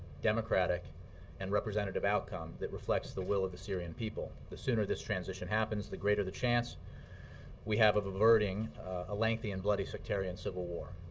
democratic and representative outcome that reflects the will of the syrian people. the sooner this transition happens, the greater the chance we have of averting a lengthy and bloody sectarian civil war,